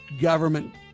government